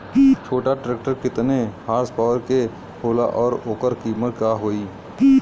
छोटा ट्रेक्टर केतने हॉर्सपावर के होला और ओकर कीमत का होई?